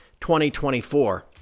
2024